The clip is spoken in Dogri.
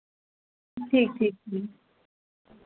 ठीक ठीक